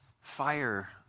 fire